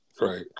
Right